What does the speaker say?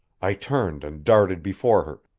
i turned and darted before her,